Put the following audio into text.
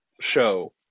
show